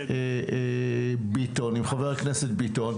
בין אם זה בגלל שאומרים "אין פה זכאות" ואין זמן לפרט,